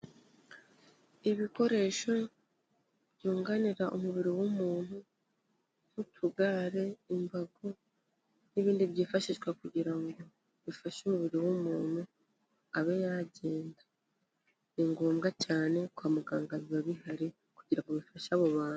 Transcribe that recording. Ibikoresho byunganira umubiri w'umuntu nk'utugare, imbago n'ibindi byifashishwa kugira ngo bifashe umubiri w'umuntu abe yagenda, ni ngombwa cyane kwa muganga biba bihari kugira ngo bifashe abo bantu.